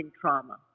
trauma